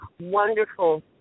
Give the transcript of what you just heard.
wonderful